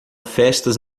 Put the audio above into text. festas